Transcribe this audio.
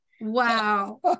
wow